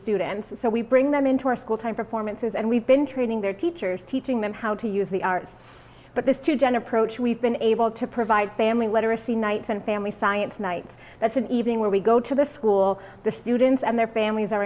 students so we bring them into our school time performances and we've been training their teachers teaching them how to use the arts but this to jenna approach we've been able to provide family literacy nights and family science nights that's an evening where we go to the school the students and their families are